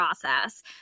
process